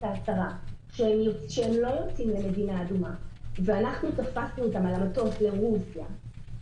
ההצהרה שהם לא יוצאים למדינה אדומה ואנחנו תפסנו אותם על המטוס לרוסיה,